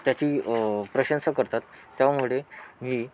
त्याची प्रशंसा करतात त्यामुळे मी